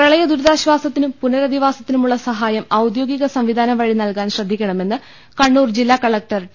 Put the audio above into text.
പ്രളയ ദുരിതാശ്ചാസത്തിനും പുനരധിവാസത്തിനുമുള്ള സഹായം ഔദ്യോഗിക സംവിധാനം വഴി നൽകാൻ ശ്രദ്ധിക്ക ണ മെന്ന് കണ്ണൂർ ജില്ലാ കലക്ടർ ടി